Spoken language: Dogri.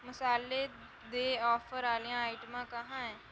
मसाले दे आफर आह्लियां आइटमां कहां ऐ